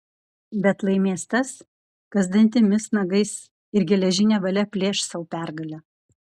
bet laimės tas kas dantimis nagais ir geležine valia plėš sau pergalę